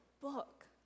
book